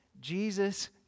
Jesus